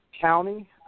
county